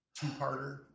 two-parter